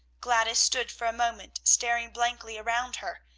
gladys stood for a moment staring blankly around her,